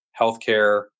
healthcare